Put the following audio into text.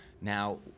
Now